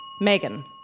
Megan